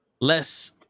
less